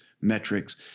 metrics